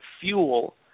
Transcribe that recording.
fuel